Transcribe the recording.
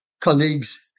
colleagues